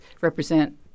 represent